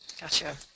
Gotcha